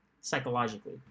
psychologically